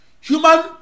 Human